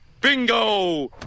bingo